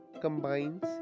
combines